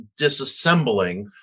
disassembling